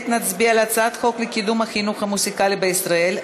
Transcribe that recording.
נצביע על הצעת חוק לקידום החינוך המוזיקלי בישראל,